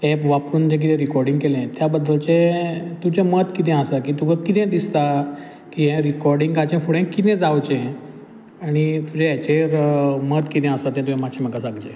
tab वापरून जें किदें रिकोडींग केलें त्या बद्दलचें तुजें मत किदें आसा की तुका किदें दिसता हें रिकोर्डिंगाचें फुडें किदें जावचें आनी तुजे हाचेर मत किदें आसा तें तुवें म्हाका सांगचें